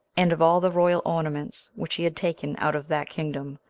and of all the royal ornaments which he had taken out of that kingdom,